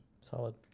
Solid